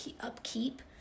upkeep